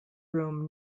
room